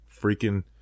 freaking